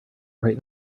right